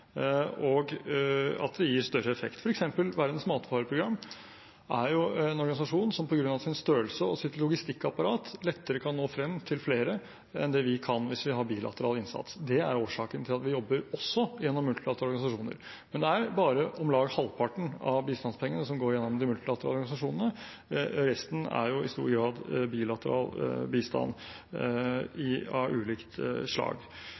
dem, og det gir større effekt. For eksempel er Verdens matvareprogram en organisasjon som på grunn av sin størrelse og sitt logistikkapparat lettere kan nå frem til flere enn det vi kan hvis vi har bilateral innsats. Det er årsaken til at vi jobber også gjennom multilaterale organisasjoner. Men det er bare om lag halvparten av bistandspengene som går gjennom de multilaterale organisasjonene – resten er i stor grad bilateral bistand av ulikt slag.